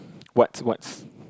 what's what's